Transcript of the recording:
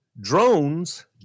drones